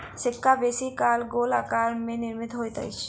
सिक्का बेसी काल गोल आकार में निर्मित होइत अछि